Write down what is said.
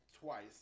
twice